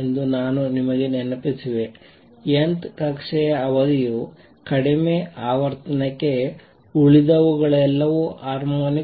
ಎಂದು ನಾನು ನಿಮಗೆ ನೆನಪಿಸುವೆ n th ಕಕ್ಷೆಯ ಅವಧಿಯು ಕಡಿಮೆ ಆವರ್ತನಕ್ಕೆ ಉಳಿದವುಗಳೆಲ್ಲವೂ ಹಾರ್ಮೋನಿಕ್ಸ್